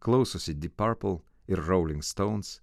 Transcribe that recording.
klausosi deep purple ir rolling stones